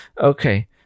Okay